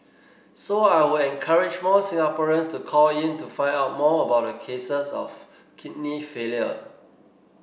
so I would encourage more Singaporeans to call in to find out more about the cases of kidney failure